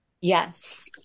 Yes